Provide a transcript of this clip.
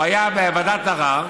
הוא בוועדת ערר,